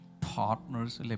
partners